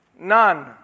None